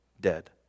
dead